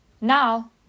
now